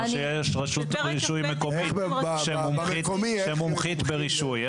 כמו שיש רשות רישוי מקומית שמומחית ברישוי,